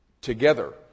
together